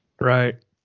Right